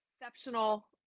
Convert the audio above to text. exceptional